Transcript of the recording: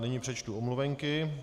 Nyní přečtu omluvenky.